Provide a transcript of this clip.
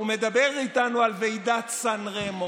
הוא מדבר איתנו על ועידת סן רמו.